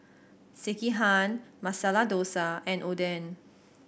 Sekihan Masala Dosa and Oden